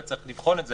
וצריך לבחון את זה.